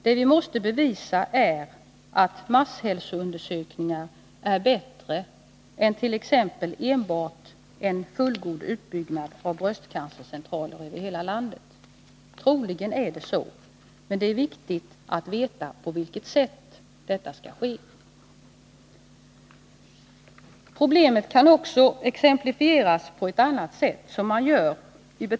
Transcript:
Det vi måste bevisa är att masshälsoundersökningar är bättre än t.ex. enbart en fullgod utbyggnad av bröstcancercentraler över hela landet. Troligen är det så, men det är viktigt att veta på vilket sätt detta skall ske. Problemet kan också exemplifieras på ett annat sätt, som man gör på s.